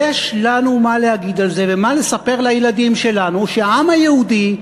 יש לנו מה להגיד על זה ומה לספר לילדים שלנו: שהעם היהודי,